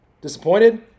Disappointed